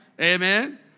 Amen